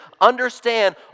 understand